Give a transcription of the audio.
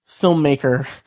filmmaker